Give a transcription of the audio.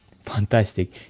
fantastic